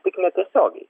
tik netiesiogiai